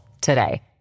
today